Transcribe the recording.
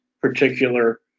particular